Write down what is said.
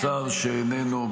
-- שר שאיננו,